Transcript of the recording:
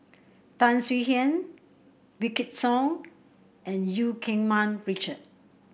Tan Swie Hian Wykidd Song and Eu Keng Mun Richard